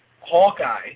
Hawkeye